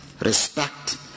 respect